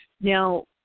Now